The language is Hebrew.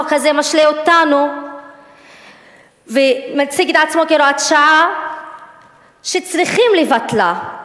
החוק הזה משלה אותנו ומציג את עצמו כהוראת שעה שצריכים לבטלה.